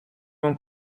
mam